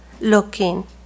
looking